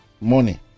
money